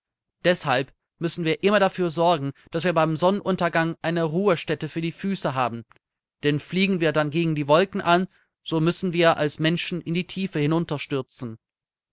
deshalb müssen wir immer dafür sorgen daß wir beim sonnenuntergang eine ruhestätte für die füße haben denn fliegen wir dann gegen die wolken an so müssen wir als menschen in die tiefe